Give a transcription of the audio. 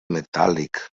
metàl·lic